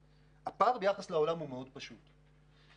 הפער ביחס לעולם הוא מאוד פשוט --- לא,